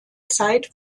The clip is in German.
zeit